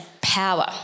power